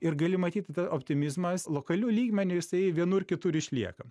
ir gali matyti tą optimizmą s lokaliu lygmeniu jisai vienur kitur išlieka